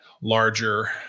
larger